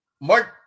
Mark